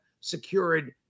secured